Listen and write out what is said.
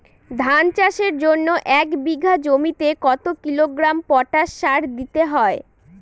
ধান চাষের জন্য এক বিঘা জমিতে কতো কিলোগ্রাম পটাশ সার দিতে হয়?